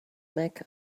mecca